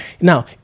Now